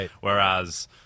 whereas